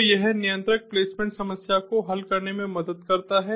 तो यह नियंत्रक प्लेसमेंट समस्या को हल करने में मदद करता है